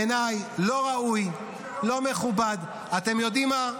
פחדן, בעיניי, לא ראוי, לא מכובד, אתם יודעים מה?